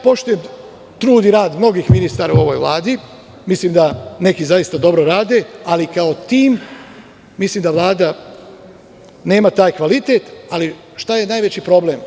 Poštujem trud i rad mnogih ministara u ovoj Vladi, mislim da neki zaista dobro rade, ali kao tim, mislim da Vlada nema taj kvalitet, ali šta je najveći problem?